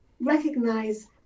recognize